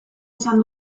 izan